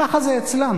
ככה זה אצלם,